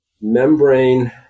membrane